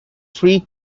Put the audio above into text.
three